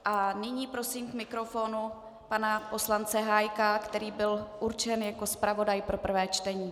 A nyní prosím k mikrofonu pana poslance Hájka, který byl určen jako zpravodaj pro prvé čtení.